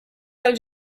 del